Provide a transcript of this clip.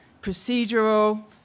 procedural